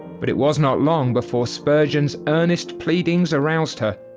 but it was not long before spurgeon's earnest pleadings aroused her,